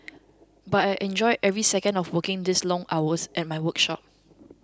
but I enjoy every second of working these long hours at my workshop